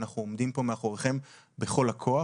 ואנחנו עומדים פה מאחוריכם בכל הכוח.